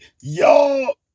y'all